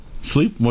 Sleep